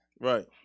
right